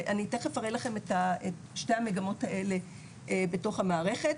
אני תיכף אראה לכם את שתי המגמות האלה בתוך המערכת.